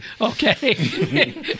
Okay